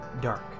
dark